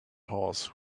horse